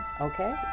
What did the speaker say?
Okay